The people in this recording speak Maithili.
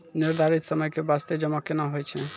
निर्धारित समय के बास्ते जमा केना होय छै?